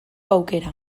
aukera